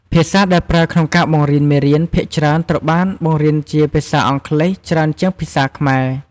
ភាសាដែលប្រើក្នុងការបង្រៀនមេរៀនភាគច្រើនត្រូវបានបង្រៀនជា ភាសាអង់គ្លេសច្រើនជាងភាសាខ្មែរ។